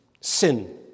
Sin